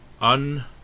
un-